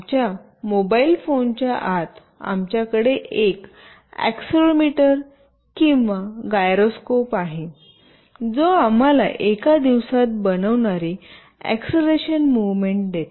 आमच्या mobile phone च्या आत आमच्याकडे एक एक्सेलेरोमीटर किंवा गायरोस्कोप आहे जो आम्हाला एका दिवसात बनवणारी एक्सरेलेशन मुव्हमेंट देतो